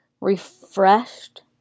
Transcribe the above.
refreshed